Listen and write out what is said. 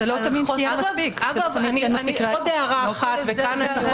זה לא תמיד ------ עוד הערה אחת --- ד"ר